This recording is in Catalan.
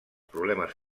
problemes